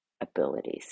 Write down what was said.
abilities